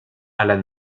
alan